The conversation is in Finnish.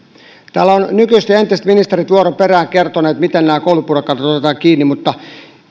täällä ovat nykyiset ja entiset ministerit vuoron perään kertoneet miten nämä koulupudokkaat otetaan kiinni mutta